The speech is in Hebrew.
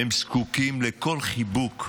הם זקוקים לכל חיבוק,